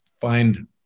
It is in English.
find